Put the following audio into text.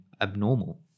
abnormal